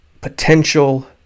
potential